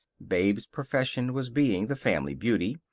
babe's profession was being the family beauty,